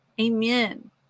Amen